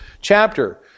chapter